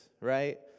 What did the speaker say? right